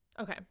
Okay